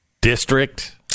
district